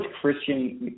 Christian